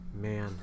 Man